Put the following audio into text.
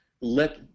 let